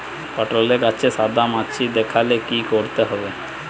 পটলে গাছে সাদা মাছি দেখালে কি করতে হবে?